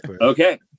okay